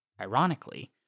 Ironically